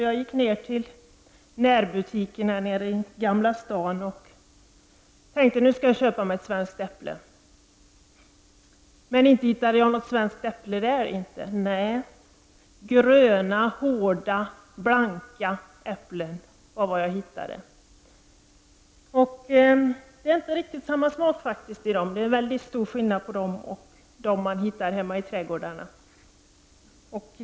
Jag gick därför till en närbutik här i Gamla stan för att köpa ett svenskt äpple. Men inte hittade jag något sådant. Nej, gröna hårda blanka äpplen var vad jag hittade. Det är inte riktigt samma smak på dem. Jag kan t.o.m. säga att det är väldigt stor skillnad mellan dem och den frukt som finns i svenska trädgårdar.